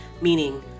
meaning